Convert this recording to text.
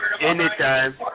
anytime